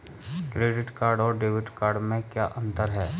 Credit card और debit card में क्या अंतर है?